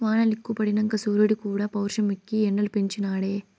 వానలెక్కువ పడినంక సూరీడుక్కూడా పౌరుషమెక్కి ఎండలు పెంచి నాడే